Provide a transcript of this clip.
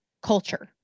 culture